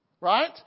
right